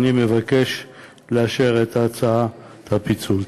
אני מבקש לאשר את הצעת הפיצול.